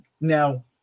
Now